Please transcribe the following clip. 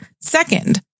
Second